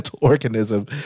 organism